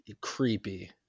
Creepy